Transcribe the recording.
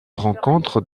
rencontre